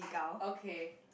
okay